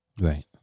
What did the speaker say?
Right